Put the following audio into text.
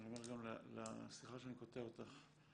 סליחה שאני קוטע אותך.